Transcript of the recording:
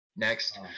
Next